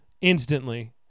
instantly